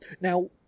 now